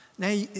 Now